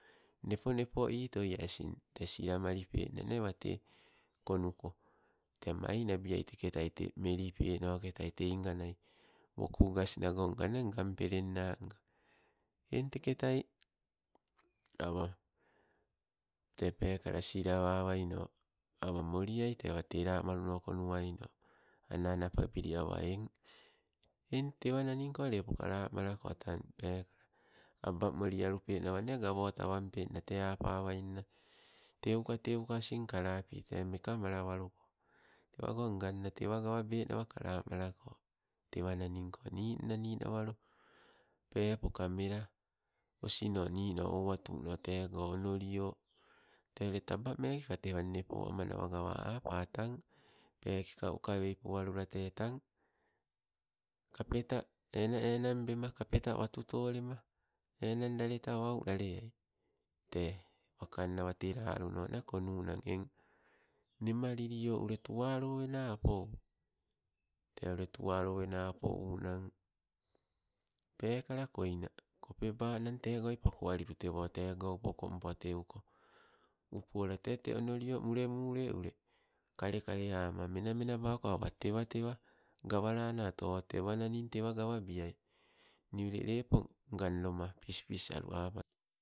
Nepo nepo itoie asin tee silamalipenna nee, wate konuko te mainabia teketai o te melipenoke tai tei nga woku gus nago nga ngan pelen na nga eng teketai awa te pekala silawawaino, awa moliai te wate lamano konuaino awa ana ana pabili eng tewa naningko lepo kalamalako, tang pekala, abamoli alupenawa gauwo tawampenna tee apawainna teuka teuka asing kalapi tee mekamalawaluko. Tewago nganna tewa gawabena kalamalako. tewa naniako. Ninna ninawalo, pepoka mela osino nino owatuno tego onolio te ule tabameke tewo nne po ammanawa gawa apa tang, pekeka ukawei poalula te tang kapeta ena enang bema kapeta watutolema enang daleta wau laleai te wakanna wate la alunno konnunano eng nemolilo tuwa ule lowena apou. Tee ule kopebanan, tegoi pake alilu. Tewo tego upokompo teuko upolate te onolio, mule mule ule kale kale ama mena menabako awa tewa tewa gawalanoto o, tewananing tewa gawabiai, nii ule lepo ngang loma pispis alu apatu.